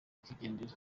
akigendera